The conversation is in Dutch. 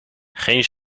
geen